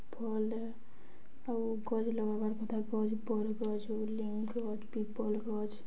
ଭଲ୍ ଏ ଆଉ ଗଛ୍ ଲଗାବାର୍ କଥା ଗଛ୍ ବର୍ ଗଛ୍ ଲିମ୍ ଗଛ୍ ପିପଲ୍ ଗଛ୍